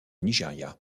nigeria